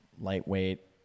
lightweight